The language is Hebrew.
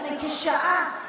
לפני כשעה,